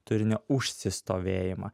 turinio užsistovėjimą